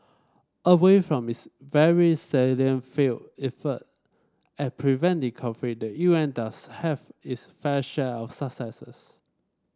away from its very salient failed effort at preventing conflict the U N does have its fair share of successes